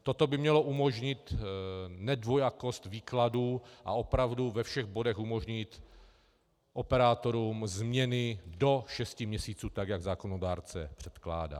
Toto by mělo umožnit nedvojakost výkladu a opravdu ve všech bodech umožnit operátorům změny do šesti měsíců, tak jak zákonodárce předkládá.